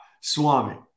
Swami